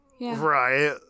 Right